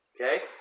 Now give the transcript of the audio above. Okay